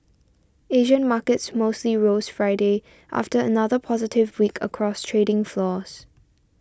Asian markets mostly rose Friday after another positive week across trading floors